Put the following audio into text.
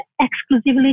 exclusively